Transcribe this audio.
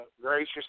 gracious